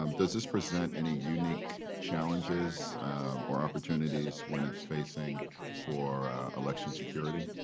um does this present any unique challenges or opportunities when it's facing for election security?